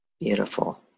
Beautiful